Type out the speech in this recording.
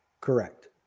Correct